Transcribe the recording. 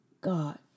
God